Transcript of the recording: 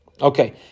Okay